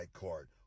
card